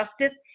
justice